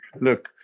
look